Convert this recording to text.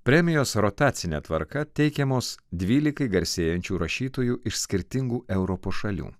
premijos rotacine tvarka teikiamos dvylikai garsėjančių rašytojų iš skirtingų europos šalių